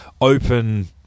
open